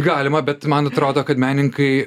galima bet man atrodo kad menininkai